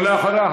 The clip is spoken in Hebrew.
ואחריה,